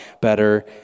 better